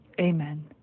Amen